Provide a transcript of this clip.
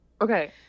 Okay